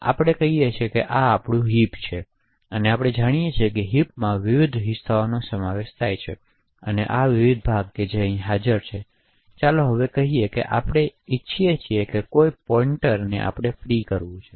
તો ચાલો આપણે કહીએ કે આ આપનું હિપ છે અને આપણે જાણીએ છીએ કે હિપમાં વિવિધ હિસ્સાઓનો સમાવેશ થાય છે તેથી આ વિવિધ ભાગો જે હાજર છે અને ચાલો હવે કહીએ કે આપણે ઇચ્છીએ છીએ કે કોઈ પોઇન્ટરને આપણે ફ્રી કરવું છે